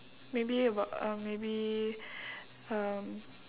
maybe about uh maybe um